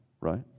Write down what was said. right